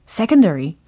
secondary